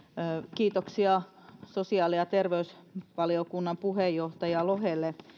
kiitoksia sosiaali ja terveysvaliokunnan puheenjohtaja lohelle